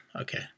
Okay